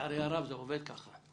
לצערי הרב זה עובד כך.